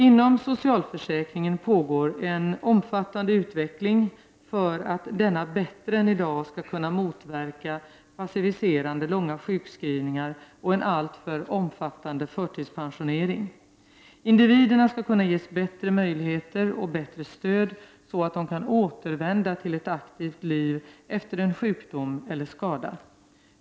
Inom socialförsäkringen pågår en omfattande utveckling för att denna bättre än i dag skall kunna motverka passiviserande långa sjukskrivningar och en alltför omfattande förtidspensionering. Individerna skall kunna ges bättre möjligheter och bättre stöd så att de kan återvända till ett aktivt liv efter en sjukdom eller skada.